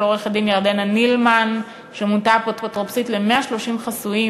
עורכת-דין ירדנה נילמן שמונתה לאפוטרופוסית ל-130 חסויים